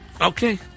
Okay